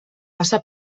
passa